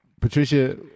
Patricia